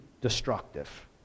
destructive